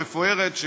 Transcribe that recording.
המפוארת,